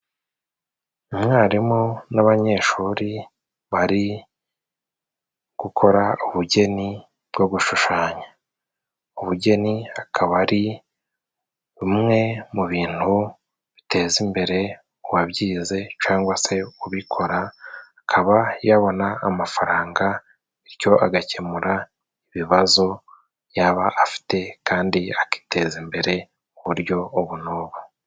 Umwarimu n'abanyeshuri bari gukora ubugeni bwo gushushanya. Ubugeni akaba ari bumwe mu bintu biteza imbere uwabyize, cyangwa se ubikora, akaba yabona amafaranga bityo agakemura ibibazo yaba afite, kandi akiteza imbere mu buryo ubu n'ubu.